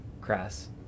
Crass